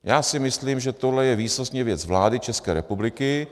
Já si myslím, že tohle je výsostně věc vlády České republiky.